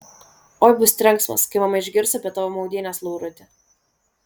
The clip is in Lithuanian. oi bus trenksmas kai mama išgirs apie tavo maudynes lauruti